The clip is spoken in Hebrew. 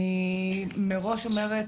אני מראש אומרת,